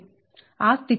ఆ స్థితి లో Dm D aa Dab